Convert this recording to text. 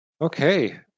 Okay